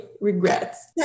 regrets